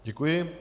Děkuji.